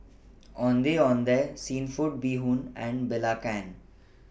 Ondeh Ondeh Seafood Bee Hoon and Belacan